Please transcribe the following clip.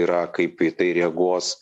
yra kaip į tai reaguos